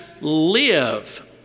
live